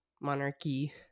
monarchy